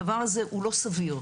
הדבר הזה הוא לא סביר.